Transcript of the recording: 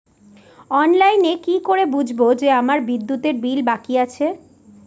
অনলাইনে কি করে বুঝবো যে আমার বিদ্যুতের বিল বাকি আছে?